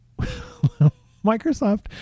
microsoft